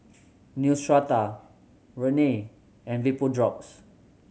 Neostrata Rene and Vapodrops